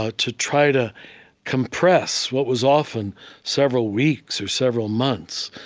ah to try to compress what was often several weeks or several months,